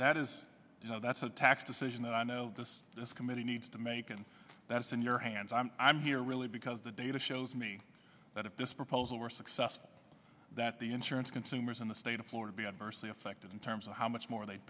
that is you know that's a tax decision that i know this this committee needs to make and that's in your hands i'm i'm here really because the data shows me that if this proposal were successful that the insurance consumers in the state of florida be adversely affected in terms of how much more they